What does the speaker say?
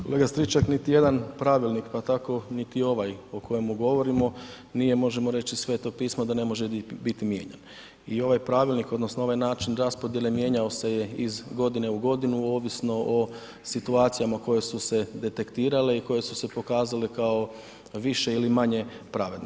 Kolega Stričak, niti jedan pravilnik pa tako niti ovaj o kojemu govorimo, nije možemo reći Sveto pismo da ne može biti mijenjan i ovaj pravilnik odnosno ovaj način raspodjele mijenjao se je iz godine u godinu ovisno o situacijama koje su se detektirale i koje su se pokazale kao više ili manje pravedne.